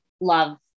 love